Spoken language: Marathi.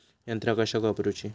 यंत्रा कशाक वापुरूची?